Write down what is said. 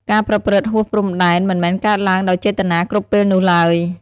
ការប្រព្រឹត្តហួសព្រំដែនមិនមែនកើតឡើងដោយចេតនាគ្រប់ពេលនោះឡើយ។